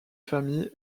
famille